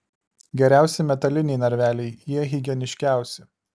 geriausi metaliniai narveliai jie higieniškiausi